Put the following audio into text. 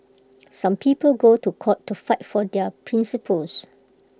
some people go to court to fight for their principles